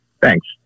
Thanks